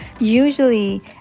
Usually